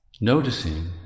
Noticing